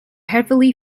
heavily